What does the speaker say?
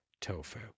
tofu